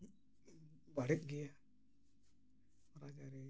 ᱵᱟᱹᱲᱤᱡ ᱜᱮᱭᱟ